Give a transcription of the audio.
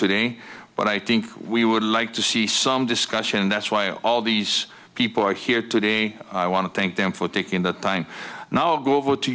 today but i think we would like to see some discussion that's why all these people are here today i want to thank them for taking the time now go over to